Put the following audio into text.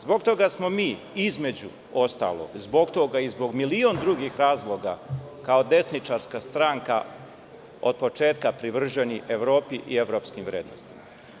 Zbog toga smo mi, između ostalog zbog toga i zbog milion drugih razloga, kao desničarska stranka od početka privrženi Evropi i evropskim vrednostima.